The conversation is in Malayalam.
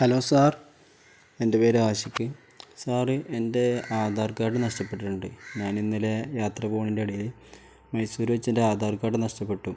ഹലോ സാർ എൻ്റെ പേര് ആശിക്ക് സാർ എൻ്റെ ആധാർ കാർഡ് നഷ്ടപ്പെട്ടിട്ടുണ്ട് ഞാൻ ഇന്നലെ യാത്ര പോകുന്നതിൻ്റെ ഇടയിൽ മൈസൂർ വെച്ചെൻ്റെ ആധാർ കാർഡ് നഷ്ടപ്പെട്ടു